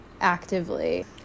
Actively